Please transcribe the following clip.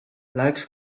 läks